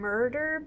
Murder